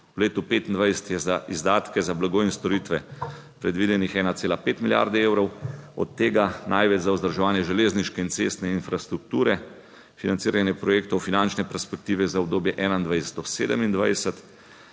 V letu 2025 je za izdatke za blago in storitve predvidenih 1,5 milijarde evrov, od tega največ za vzdrževanje železniške in cestne infrastrukture, financiranje projektov finančne perspektive za obdobje 2021 do 2027,